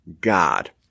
God